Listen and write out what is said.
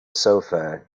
sofa